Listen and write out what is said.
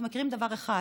אנחנו מכירים דבר אחד,